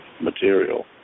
material